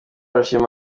arashima